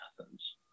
Athens